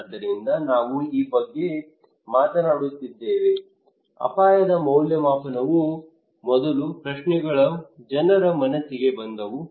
ಆದ್ದರಿಂದ ನಾವು ಈ ಬಗ್ಗೆ ಮಾತನಾಡುತ್ತಿದ್ದೇವೆ ಅಪಾಯದ ಮೌಲ್ಯಮಾಪನವು ಮೊದಲ ಪ್ರಶ್ನೆಗಳು ಜನರ ಮನಸ್ಸಿಗೆ ಬಂದವು